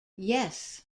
yes